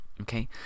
okay